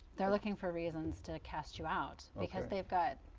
they're looking for reasons to cast you out because they've got.